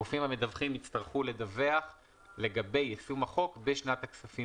הגופים המדווחים יצטרכו לדווח לגבי יישום בחוק בשנת הכספים